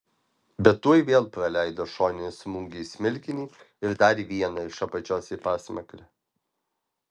bet tuoj vėl praleido šoninį smūgį į smilkinį ir dar vieną iš apačios į pasmakrę